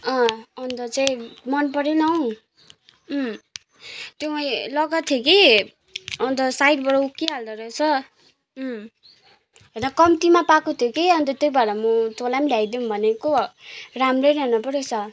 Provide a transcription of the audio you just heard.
अन्त चाहिँ मन परेन हौ त्यो मैले लगाएको थिएँ कि अन्त साइडबाट उप्किहाल्दो रहेछ होइन कम्तीमा पाएको थिएँ कि अन्त त्यही भएर म तँलाई पनि ल्याइदिऊँ भनेको राम्रै रहेन पो रहेछ